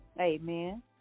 Amen